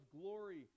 glory